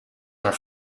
are